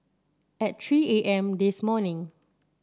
at three A M this morning